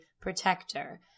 protector